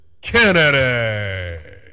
Kennedy